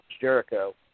Jericho